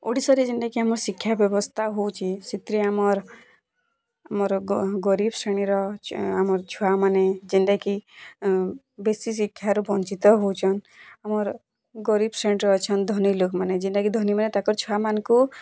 ଓଡ଼ିଶାରେ ଯେନ୍ତା କି ଆମର ଶିକ୍ଷା ବ୍ୟବସ୍ଥା ହଉଛେ ସେଥିର ଆମର୍ ଆମର୍ ଗରିବ ଶ୍ରେଣୀର ଆମର୍ ଛୁଆମାନେ ଯେନ୍ତା କି ବେଶୀ ଶିକ୍ଷାରୁ ବଞ୍ଚିତ ହଉଛନ୍ ଆମର୍ ଗରିବ ଶ୍ରେଣୀର ଅଛନ୍ ଧନୀ ଲୋକ୍ମାନେ ଯେନ୍ତା କି ଧନୀମାନେ ତାକର୍ ଛୁଆମାନକୁ